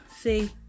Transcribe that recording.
see